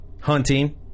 hunting